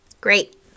Great